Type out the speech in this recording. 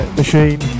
machine